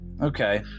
Okay